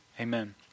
amen